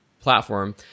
platform